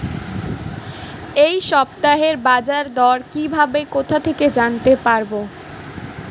এই সপ্তাহের বাজারদর কিভাবে কোথা থেকে জানতে পারবো?